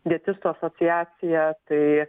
dietistų asociacija tai